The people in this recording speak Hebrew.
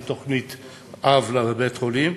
עם תוכנית-אב לבית-החולים,